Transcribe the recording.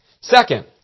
Second